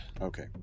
Okay